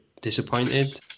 disappointed